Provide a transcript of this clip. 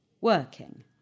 working